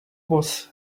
was